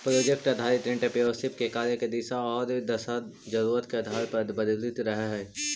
project आधारित entrepreneurship के कार्य के दिशा औउर दशा जरूरत के आधार पर बदलित रहऽ हई